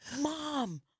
mom